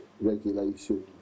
regulation